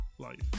life